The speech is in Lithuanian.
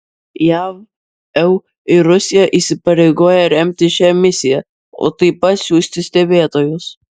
jav eu ir rusija įsipareigoja remti šią misiją o taip pat siųsti stebėtojus